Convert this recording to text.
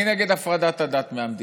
אני נגד הפרדת הדת מהמדינה,